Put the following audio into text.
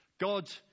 God